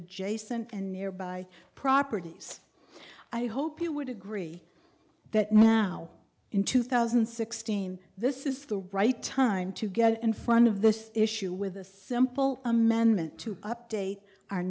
adjacent and nearby properties i hope you would agree that now in two thousand and sixteen this is the right time to get in front of this issue with a simple amendment to update